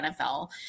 NFL